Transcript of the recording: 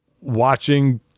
watching